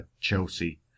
Chelsea